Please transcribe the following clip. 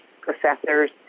professors